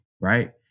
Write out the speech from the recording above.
Right